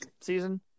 season